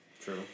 True